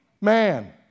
man